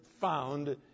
found